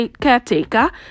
caretaker